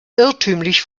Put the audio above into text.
irrtümlich